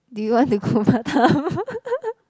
do you want to go Batam